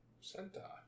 Santa